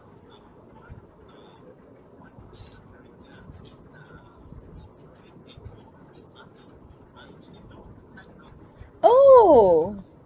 oh